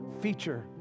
feature